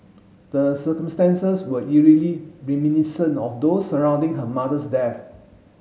the circumstances were eerily reminiscent of those surrounding her mother's death